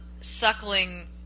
suckling